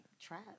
trap